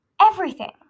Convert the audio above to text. everything